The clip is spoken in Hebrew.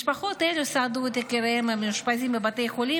משפחות אלה סעדו את יקיריהן המאושפזים בבתי חולים